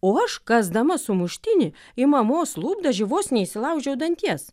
o aš kąsdama sumuštinį į mamos lūpdažį vos neišsilaužiau danties